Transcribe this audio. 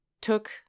took